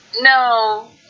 No